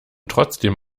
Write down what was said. trotzdem